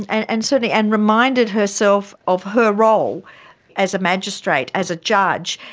and certainly, and reminded herself of her role as a magistrate, as a judge,